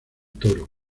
toro